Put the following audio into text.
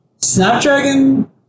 Snapdragon